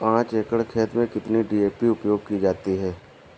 पाँच एकड़ खेत में कितनी डी.ए.पी उपयोग की जाती है?